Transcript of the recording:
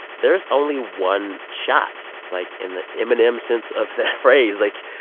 there's only one shot, like, in the eminem sense of that phrase. like,